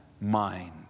mind